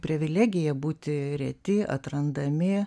privilegiją būti reti atrandami